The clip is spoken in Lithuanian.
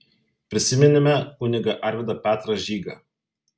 prisiminėme kunigą arvydą petrą žygą